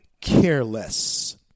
careless